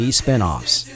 spinoffs